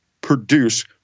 produce